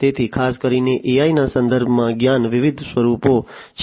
તેથી ખાસ કરીને AI ના સંદર્ભમાં જ્ઞાનના વિવિધ સ્વરૂપો છે